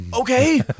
Okay